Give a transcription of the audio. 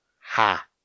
ha